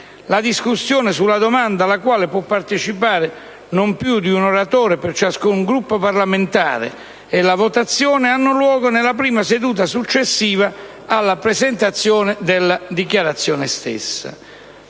La discussione sulla domanda, alla quale può partecipare non più di un oratore per ciascun Gruppo parlamentare, e la votazione hanno luogo nella prima seduta successiva alla presentazione della richiesta stessa.